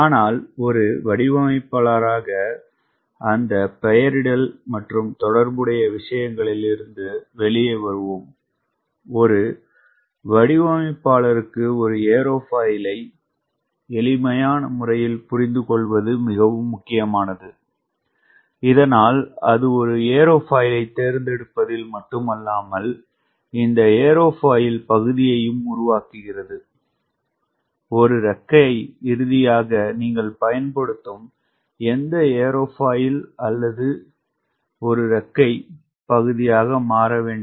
ஆனால் ஒரு வடிவமைப்பாளராக அந்த பெயரிடல் மற்றும் தொடர்புடைய விஷயங்களிலிருந்து வெளியே வருவோம் ஒரு வடிவமைப்பாளருக்கு ஒரு ஏரோஃபாயிலை எளிமையான முறையில் புரிந்துகொள்வது மிகவும் முக்கியமானது இதனால் அது ஒரு ஏரோஃபாயிலைத் தேர்ந்தெடுப்பதில் மட்டுமல்லாமல் இந்த ஏரோஃபாயில் பகுதியையும் உருவாக்குகிறது ஒரு இறக்கை இறுதியாக நீங்கள் பயன்படுத்தும் எந்த ஏரோஃபாயில் அல்லது ஒரு இறக்கை பகுதியாக மாற வேண்டும்